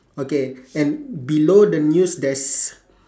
okay and below the news there's